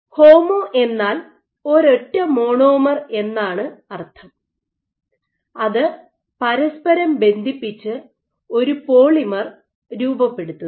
homo എന്നാൽ ഒരൊറ്റ monomer എന്നാണ് അർത്ഥം അത് പരസ്പരം ബന്ധിപ്പിച്ച് ഒരു പോളിമർ രൂപപ്പെടുത്തുന്നു